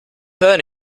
hör